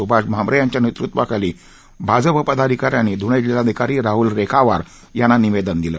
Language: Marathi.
सुभाष भामरे यांच्या नेतृत्वाखाली भाजपाच्या पदाधिकाऱ्यांनी धुळे जिल्हाधिकारी राहुल रेखावार यांना निवेदन दिले